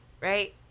right